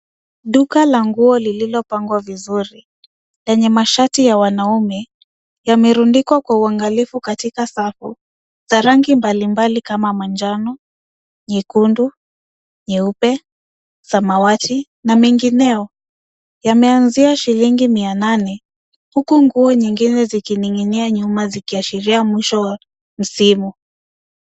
Duka la nguo lililopangwa vizuri, lenye mashati ya wanaume, yamerundikwa kwa uangalivu katika safu, za rangi mbalimbali kama manjano, nyekundu, nyeupe, samawati na mengineo, yameanzia shilingi 800,huku nguo nyingine zikining'inia nyuma zikiashiria mwisho wa msimu.